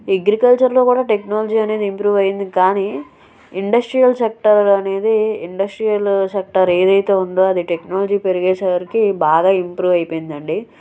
అగ్రికల్చర్లో కూడా టెక్నాలజీ అనేది ఇంప్రూవ్ అయింది కానీ ఇండస్ట్రియల్ సెక్టార్ ఇండస్ట్రియల్ సెక్టార్ ఏది అయితే ఉందో అది టెక్నాలజీ పెరిగే సరికి బాగా ఇంప్రూవ్ అయిపోయింది అండి